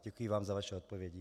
Děkuji vám za vaše odpovědi.